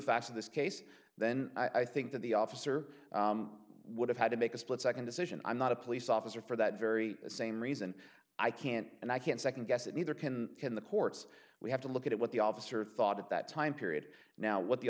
of this case then i think that the officer would have had to make a split second decision i'm not a police officer for that very same reason i can't and i can't second guess it neither can in the courts we have to look at it what the officer thought at that time period now what the